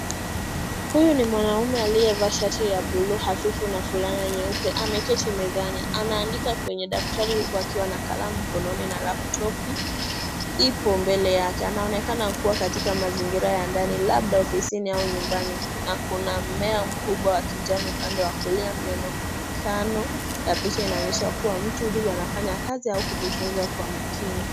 Huyu ni mwanaume aliyevaa shati ya blue hafifu na fulana nyeupe. Ameketi mezani anaandika kwenye daftari huku akiwa na kalamu mkononi na laptopi ipo mbele yake. Anaonekana kuwa katika mazingia ya ndani labda ofisini au nyumbani na kuna mmea mkubwa wa kijani upande wa kulia. Mionekano ya picha inaonyesha kuwa mtu huyu anafanya kazi au kujifunza kwa makini.